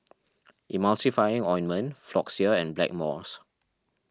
Ointment Floxia and Blackmores